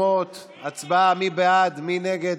שביצעו הפרות חמורות של זכויות אדם),